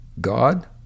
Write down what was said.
God